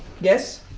Yes